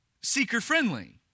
seeker-friendly